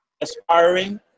aspiring